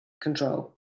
control